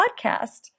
podcast